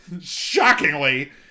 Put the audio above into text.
shockingly